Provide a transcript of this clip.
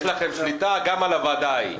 יש לכם שליטה גם על הוועדה ההיא.